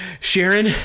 Sharon